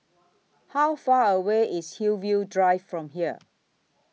How Far away IS Hillview Drive from here